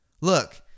look